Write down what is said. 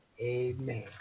Amen